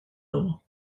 lobo